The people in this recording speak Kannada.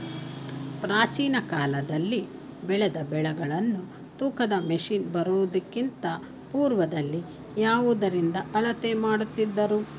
ಪ್ರಾಚೀನ ಕಾಲದಲ್ಲಿ ಬೆಳೆದ ಬೆಳೆಗಳನ್ನು ತೂಕದ ಮಷಿನ್ ಬರುವುದಕ್ಕಿಂತ ಪೂರ್ವದಲ್ಲಿ ಯಾವುದರಿಂದ ಅಳತೆ ಮಾಡುತ್ತಿದ್ದರು?